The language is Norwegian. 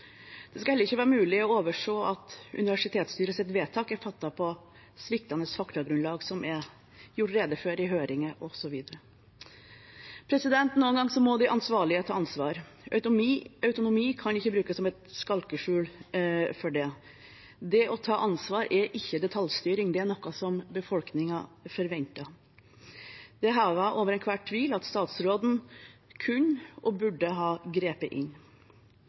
Det skal heller ikke være mulig å overse at universitetsstyrets vedtak er fattet på sviktende faktagrunnlag, som er gjort rede for i høringer osv. Noen ganger må de ansvarlige ta ansvar. Autonomi kan ikke brukes som et skalkeskjul for det. Det å ta ansvar er ikke detaljstyring, det er noe som befolkningen forventer. Det er hevet over enhver tvil at statsråden kunne og burde ha grepet inn.